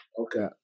okay